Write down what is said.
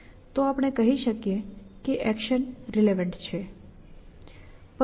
તો આપણે કહીએ કે એક્શન રિલેવન્ટ છે